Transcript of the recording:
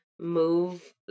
Move